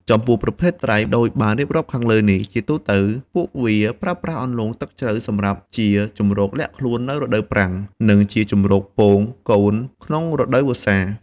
ចំពោះប្រភេទត្រីដូចបានរៀបរាប់ខាងលើនេះ ជាទូទៅ ពួកវាប្រើប្រាស់អន្លង់ទឹកជ្រៅសម្រាប់ជាជម្រកលាក់ខ្លួននៅរដូវប្រាំង និងជាជម្រកពង-កូនក្នុងរដូវវស្សា។